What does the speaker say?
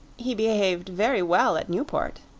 he behaved very well at newport.